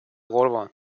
قربان